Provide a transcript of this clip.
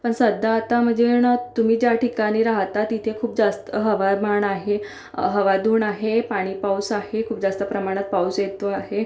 पण सध्या आता म्हणजे न तुम्ही ज्या ठिकाणी राहता तिथे खूप जास्त हवामान आहे अ हवाधूण आहे पाणी पाऊस आहे खूप जास्त प्रमाणात पाऊस येतो आहे